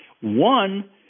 one